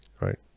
right